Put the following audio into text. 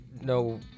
no